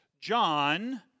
John